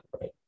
right